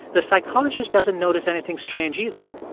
the psychologist doesn't notice anything strange either.